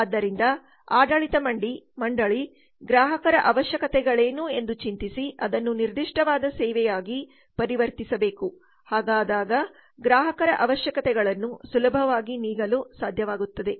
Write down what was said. ಆದ್ದರಿಂದ ಆಡಳಿತ ಮಂಡಳಿ ಗ್ರಾಹಕರ ಅವಶ್ಯಕತೆಗಳೇನು ಎಂದು ಚಿಂತಿಸಿ ಅದನ್ನು ನಿರ್ದಿಷ್ಟವಾದ ಸೇವೆಯಾಗಿ ಪರಿವರ್ತಿಸಬೇಕು ಹಾಗಾದಾಗ ಗ್ರಾಹಕರ ಅವಶ್ಯಕತೆಗಳನ್ನು ಸುಲಭವಾಗಿ ನೀಗಲು ಸಾಧ್ಯವಾಗುತ್ತದೆ